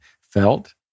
felt